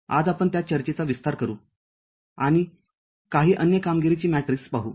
आज आपण त्या चर्चेचा विस्तार करू आणि काही अन्य कामगिरीची मॅट्रिक्स पाहू